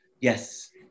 Yes